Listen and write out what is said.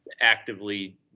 actively